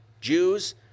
Jews